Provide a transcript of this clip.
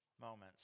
moments